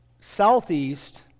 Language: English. southeast